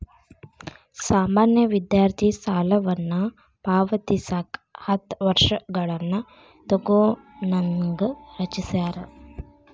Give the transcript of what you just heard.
ಸಾಮಾನ್ಯ ವಿದ್ಯಾರ್ಥಿ ಸಾಲವನ್ನ ಪಾವತಿಸಕ ಹತ್ತ ವರ್ಷಗಳನ್ನ ತೊಗೋಣಂಗ ರಚಿಸ್ಯಾರ